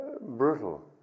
brutal